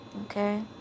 Okay